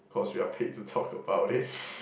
cause we are paid to talk about it